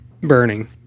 burning